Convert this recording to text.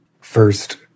first